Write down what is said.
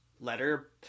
letter